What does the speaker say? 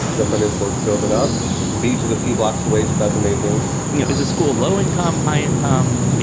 the peninsula to build it up. the beach is a few blocks away. so that's amazing you know, it's a school, low income, high income,